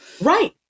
Right